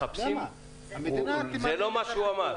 מחפשים, זה לא מה שהוא אמר.